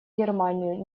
германию